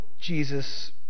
Jesus